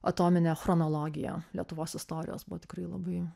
atominė chronologija lietuvos istorijos buvo tikrai labai